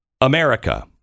America